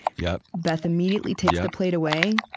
yeah beth immediately takes the plate away,